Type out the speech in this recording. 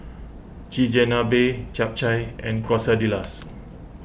Chigenabe Japchae and Quesadillas